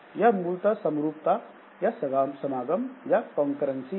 यह मूलतः समरूपता या समागम है